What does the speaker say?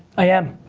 i am.